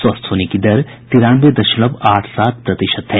स्वस्थ होने की दर तिरानवे दशमलव आठ सात प्रतिशत है